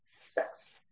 sex